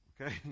okay